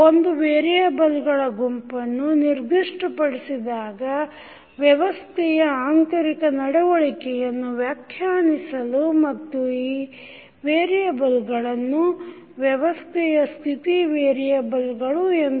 ಒಂದು ವೇರಿಯೆಬಲ್ಗಳ ಗುಂಪನ್ನು ನಿರ್ದಿಷ್ಟಪಡಿಸಿದಾಗ ವ್ಯವಸ್ಥೆಯ ಆಂತರಿಕ ನಡವಳಿಕೆಗಳನ್ನು ವ್ಯಾಖ್ಯಾನಿಸಲು ಮತ್ತು ಈ ವೇರಿಯೆಬಲ್ಗಳನ್ನು ವ್ಯವಸ್ಥೆಯ ಸ್ಥಿತಿ ವೇರಿಯೆಬಲ್ಗಳು ಎಂದು ಕರೆಯುತ್ತೇವೆ